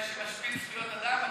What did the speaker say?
שמשפיל זכויות אדם?